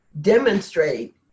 demonstrate